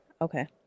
Okay